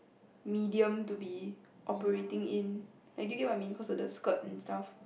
medium to be operating in and do you get what I mean cause of the skirt and stuff